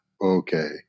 okay